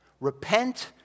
Repent